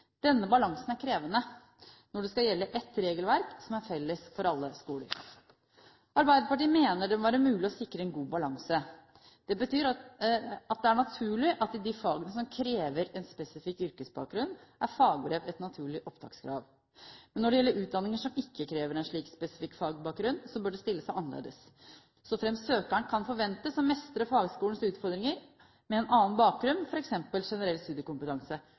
Denne balansen er krevende når det skal gjelde ett regelverk som er felles for alle skoler. Arbeiderpartiet mener det må være mulig å sikre en god balanse. Det betyr at det er naturlig at i de fagene som krever en spesifikk yrkesbakgrunn, er fagbrev et naturlig opptakskrav. Men når det gjelder utdanninger som ikke krever en slik spesifikk fagbakgrunn, bør det stille seg annerledes. Så fremt søkeren kan forventes å mestre fagskolenes utfordringer med en annen bakgrunn, f.eks. generell studiekompetanse,